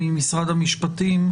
ממשרד המשפטים,